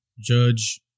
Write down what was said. judge